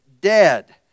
dead